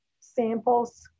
samples